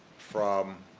from